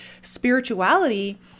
spirituality